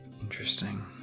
Interesting